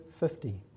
50